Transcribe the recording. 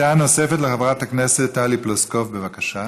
דעה נוספת לחברת הכנסת טלי פלוסקוב, בבקשה.